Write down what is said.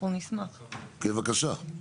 כן, בבקשה.